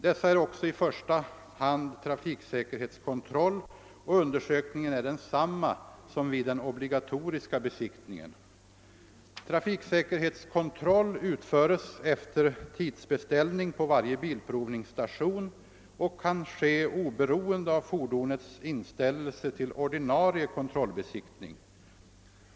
Dessa är också i första hand en trafiksäkerhetskontroll, och undersökningen är densamma som vid den obligatoriska besiktningen. Trafiksäkerhetskontroll utföres efter tidsbeställning på varje bilprovningsstation och kan ske oberoende av fordonets inställelse till ordinarie kontrollbesiktning.